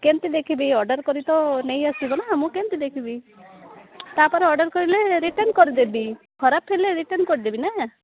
କେମିତି ଦେଖିବି ଅର୍ଡ଼ର୍ କରି ତ ନେଇ ଆସିବନା ମୁଁ କେମିତି ଦେଖିବି ତା'ପରେ ଅର୍ଡ଼ର୍ କରିଲେ ରିଟର୍ଣ୍ଣ କରିଦେବି ଖରାପ ହେଲେ ରିଟର୍ଣ୍ଣ କରିଦେବି ନା